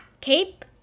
cape